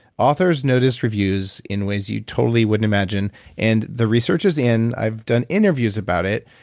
authors notice reviews in ways you totally wouldn't imagine and the research is in. i've done interviews about it.